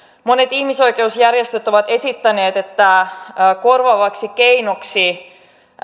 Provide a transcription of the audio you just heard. monet ihmisoikeusjärjestöt ovat esittäneet että korvaavaksi keinoksi